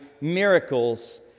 miracles